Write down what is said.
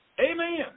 Amen